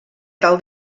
tal